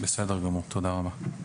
בסדר גמור, תודה רבה.